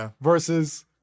versus